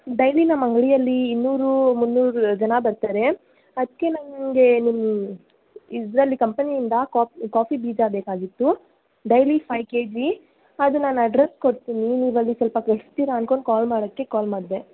daily ನಮ್ಮ ಅಂಗಡಿಯಲ್ಲೀ ಇನ್ನೂರೂ ಮುನ್ನರೂ ಜನ ಬರ್ತಾರೆ ಅದಕ್ಕೆ ನನ್ಗೆ ನಿಮ್ಮ ಇದರಲ್ಲಿ ಕಂಪನಿಯಿಂದ ಕಾಫಿ ಬೀಜ ಬೇಕಾಗಿತ್ತು ಡೈಲಿ ಫೈವ್ ಕೆ ಜಿ ಅದು ನನ್ನ ಅಡ್ರಸ್ ಕೊಡ್ತೀನಿ ನೀವು ಅಲ್ಲಿ ಸ್ವಲ್ಪ ಕಳಿಸ್ತೀರ ಅನ್ಕೊಂಡು ಕಾಲ್ ಮಾಡೋಕ್ಕೆ ಕಾಲ್ ಮಾಡಿದೆ